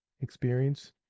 experience